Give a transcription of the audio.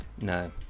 No